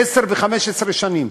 עשר ו-15 שנים,